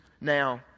now